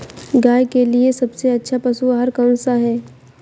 गाय के लिए सबसे अच्छा पशु आहार कौन सा है?